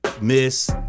Miss